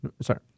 Sorry